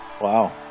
Wow